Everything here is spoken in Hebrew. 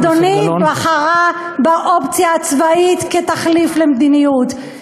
אדוני, היא בחרה באופציה הצבאית כתחליף למדיניות.